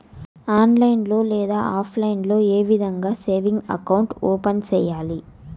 online లో లేదా offline లో ఏ విధంగా సేవింగ్ అకౌంట్ ఓపెన్ సేయాలి